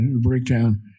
breakdown